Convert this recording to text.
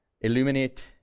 illuminate